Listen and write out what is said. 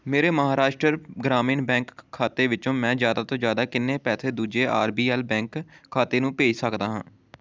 ਮੇਰੇ ਮਹਾਰਾਸ਼ਟਰ ਗ੍ਰਾਮੀਣ ਬੈਂਕ ਖਾਤੇ ਵਿੱਚੋਂ ਮੈਂ ਜ਼ਿਆਦਾ ਤੋਂ ਜ਼ਿਆਦਾ ਕਿੰਨੇ ਪੈਸੇ ਦੂਜੇ ਆਰ ਬੀ ਐੱਲ ਬੈਂਕ ਖਾਤੇ ਨੂੰ ਭੇਜ ਸਕਦਾ ਹਾਂ